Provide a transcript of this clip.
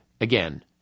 Again